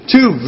Two